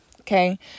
Okay